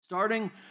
Starting